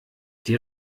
die